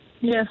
Yes